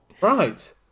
Right